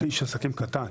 איש עסקים קטן.